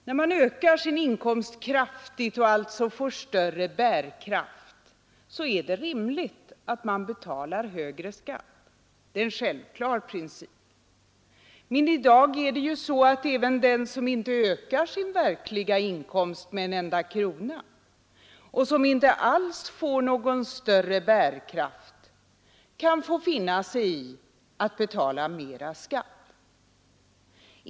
När man ökar sin inkomst kraftigt och alltså får större bärkraft, är det rimligt att man betalar högre skatt. Det är en självklar princip. Men i dag kan även den som inte ökar sin verkliga inkomst med en enda krona och som inte alls har någon större bärkraft få finna sig i att betala mera skatt.